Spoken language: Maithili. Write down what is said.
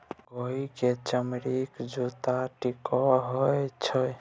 गोहि क चमड़ीक जूत्ता टिकाउ होए छै